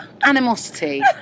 animosity